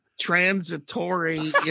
transitory